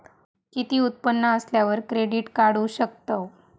किती उत्पन्न असल्यावर क्रेडीट काढू शकतव?